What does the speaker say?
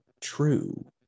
true